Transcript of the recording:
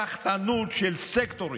סחטנות של סקטורים: